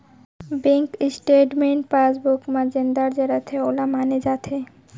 bank statement passbook म जेन दर्ज रथे वोला माने जाथे